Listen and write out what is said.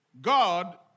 God